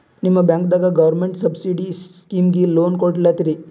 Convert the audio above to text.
ನಿಮ ಬ್ಯಾಂಕದಾಗ government subsidy ಸ್ಕೀಮಿಗಿ ಲೊನ ಕೊಡ್ಲತ್ತೀರಿ?